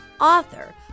author